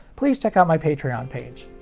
please check out my patreon page.